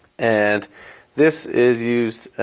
and this is used